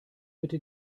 bitte